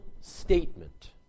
statement